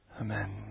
Amen